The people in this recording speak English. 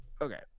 Okay